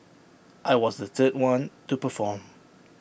I was the third one to perform